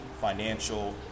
financial